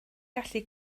gallu